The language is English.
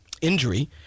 injury